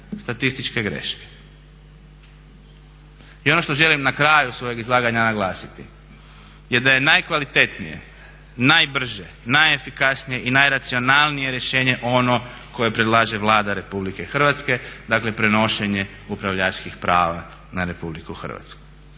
statističke greške. I ono što želim na kraju svojeg izlaganja naglasiti je da je najkvalitetnije, najbrže, najefikasnije i najracionalnije rješenje ono koje predlaže Vlada Republike Hrvatske dakle prenošenje upravljačkih prava na Republiku Hrvatsku.